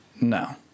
No